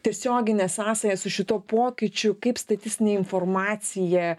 tiesioginė sąsaja su šituo pokyčiu kaip statistinė informacija